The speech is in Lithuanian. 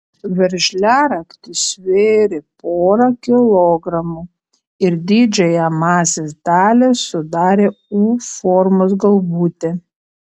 veržliaraktis svėrė porą kilogramų ir didžiąją masės dalį sudarė u formos galvutė